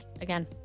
again